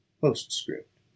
postscript